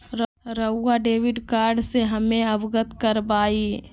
रहुआ debit card से हमें अवगत करवाआई?